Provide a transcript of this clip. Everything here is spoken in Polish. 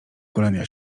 golenia